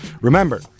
Remember